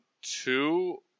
two